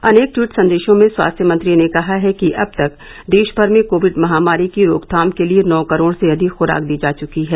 अनेक ट्वीट संदेशों में स्वास्थ्य मंत्री ने कहा है कि अब तक देशभर में कोविड महामारी की रोकथाम के लिए नौ करोड़ से अधिक खुराक दी जा चुकी हैं